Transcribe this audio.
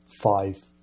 five